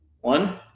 One